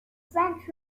french